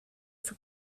für